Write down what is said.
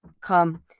come